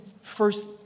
first